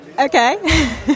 Okay